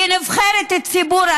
כנבחרת ציבור,